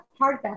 hardback